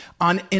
On